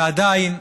ועדיין,